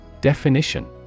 Definition